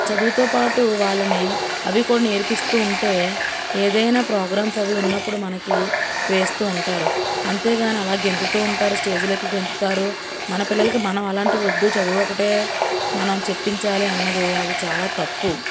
చదువుతోపాటు వాళ్ళని అవి కూడా నేర్పిస్తూ ఉంటే ఏదైనా ప్రోగ్రామ్స్ అవి ఉన్నప్పుడు మనకి వేస్తూ ఉంటారు అంతేగాని అలా గెంతుతూ ఉంటారు స్టేజ్లు ఎక్కి గెంతుతారు మన పిల్లలకి మనం అలాంటివి వద్దు చదువు ఒక్కటే మనం చెప్పించాలి అన్నది అది చాలా తప్పు